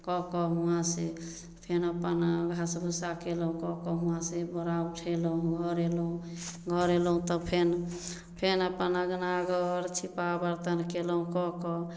कऽ कऽ हुआँ से फेर अपन घास भूसा केलहुॅं कऽ कऽ हुआँ से बोड़ा उठेलहुॅं घर अयलहुॅं घर अयलहुॅं तब फेर फेर अपन अङ्गना घर छिपा बर्तन केलहुॅं कऽ कऽ